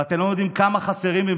ואתם לא יודעים כמה חסרים מקומות